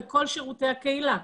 וכל שירותי הקהילה.